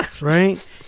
right